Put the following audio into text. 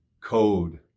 code